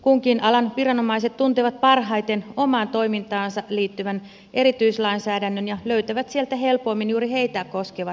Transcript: kunkin alan viranomaiset tuntevat parhaiten omaan toimintaansa liittyvän erityislainsäädännön ja löytävät sieltä helpoimmin juuri heitä koskevat säännökset